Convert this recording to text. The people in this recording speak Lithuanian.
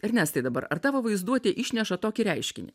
ernestai dabar ar tavo vaizduotė išneša tokį reiškinį